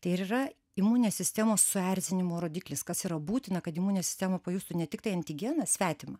tai ir yra imuninės sistemos suerzinimo rodiklis kas yra būtina kad imuninė sistema pajustų ne tiktai antigeną svetimą